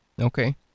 Okay